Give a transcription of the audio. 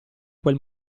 quel